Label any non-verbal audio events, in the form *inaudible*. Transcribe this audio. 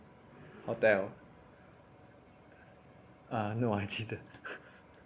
hotel ah no I didn't *laughs*